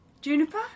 Juniper